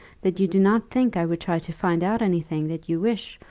that you do not think i would try to find out any thing that you wish,